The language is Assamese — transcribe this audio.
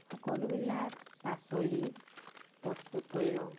সকলোবিলাক পাচলি প্ৰস্তুত কৰি লওঁ